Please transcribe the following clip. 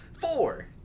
Four